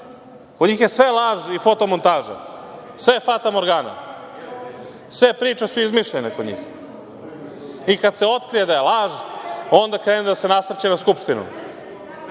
Kod njih je sve laž i fotomontaža. Sve je fatamorgana. Sve priče su izmišljene kod njih i kada se otkrije da je laž, onda krene da se nasrće na Skupštinu. Kada